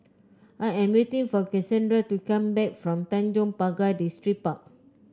I am waiting for Casandra to come back from Tanjong Pagar Distripark